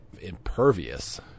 impervious